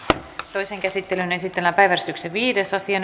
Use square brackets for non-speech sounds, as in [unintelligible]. toiseen käsittelyyn esitellään päiväjärjestyksen kuudes asia [unintelligible]